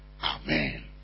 Amen